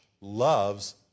loves